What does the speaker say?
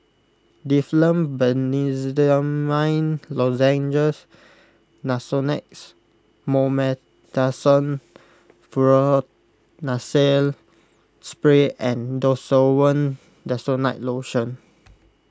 Difflam Benzydamine Lozenges Nasonex Mometasone Furoate Nasal Spray and Desowen Desonide Lotion